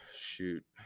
shoot